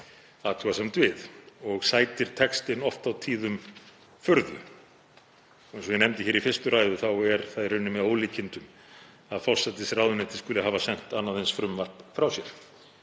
athugasemd við og sætir textinn oft á tíðum furðu. Eins og ég nefndi í fyrstu ræðu minni er í raun með ólíkindum að forsætisráðuneytið skuli hafa sent annað eins frumvarp frá sér